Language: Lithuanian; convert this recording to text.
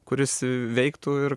kuris veiktų ir